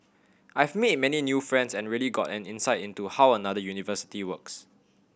I've made many new friends and really gotten an insight into how another university works